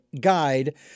guide